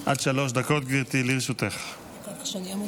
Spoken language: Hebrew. עד שלוש דקות לרשותך, גברתי.